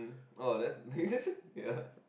oh that's ya